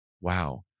wow